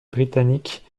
britannique